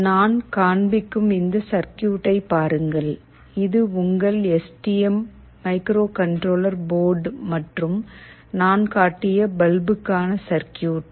நான் காண்பிக்கும் இந்த சர்க்கியூட்டை பாருங்கள் இது உங்கள் S T M microcontroller board மற்றும் நான் காட்டிய பல்புக்கான சர்கியூட்